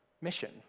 mission